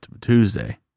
Tuesday